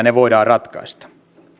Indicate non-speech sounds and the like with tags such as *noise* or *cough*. *unintelligible* ne voidaan ratkaista